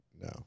No